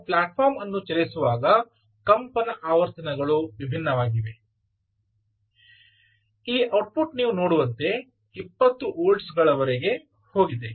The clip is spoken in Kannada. ನಾವು ಪ್ಲಾಟ್ಫಾರ್ಮ್ ಅನ್ನು ಚಲಿಸುವಾಗ ಕಂಪನ ಆವರ್ತನಗಳು ವಿಭಿನ್ನವಾಗಿವೆ ಈ ಔಟ್ಪುಟ್ ನೀವು ನೋಡುವಂತೆ 20 V ಗಳವರೆಗೆ ಹೋಗಿದೆ